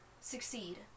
succeed